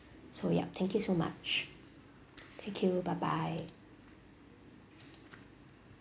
so yup thank you so much thank you bye bye